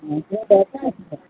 অঁ কিবা দৰকাৰ আছিলে